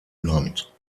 land